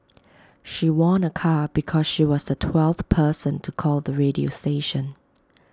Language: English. she won A car because she was the twelfth person to call the radio station